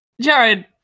Jared